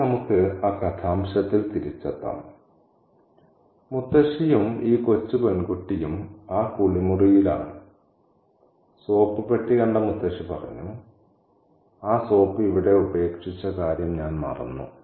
ഇനി നമുക്ക് ആ കഥാംശത്തിൽതിരിച്ചെത്താം മുത്തശ്ശിയും ഈ കൊച്ചു പെൺകുട്ടിയും ആ കുളിമുറിയിലാണ് സോപ്പ് പെട്ടി കണ്ട മുത്തശ്ശി പറഞ്ഞു "ആ സോപ്പ് ഇവിടെ ഉപേക്ഷിച്ച കാര്യം ഞാൻ മറന്നു